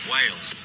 Wales